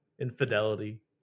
infidelity